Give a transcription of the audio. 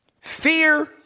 Fear